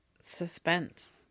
Suspense